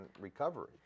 recovery